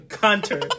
Hunter